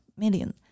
Million